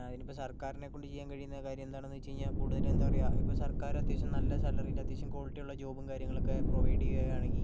അതിനിപ്പോൾ സർക്കാരിനെ കൊണ്ട് ചെയ്യാൻ കഴിയുന്ന കാര്യം എന്താണെന്ന് വെച്ച് കഴിഞ്ഞാൽ കൂടുതല് എന്താ പറയുക ഇപ്പോൾ സർക്കാആർ അത്യാവശ്യം നല്ല സാലറിയില് അത്യാവശ്യം ക്വാളിറ്റിയുള്ള ജോബും കാര്യങ്ങളൊക്കെ പ്രൊവൈഡ് ചെയ്യുകയാണെങ്കിൽ